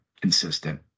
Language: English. consistent